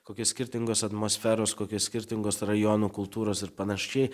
kokios skirtingos atmosferos kokios skirtingos rajonų kultūros ir panašiai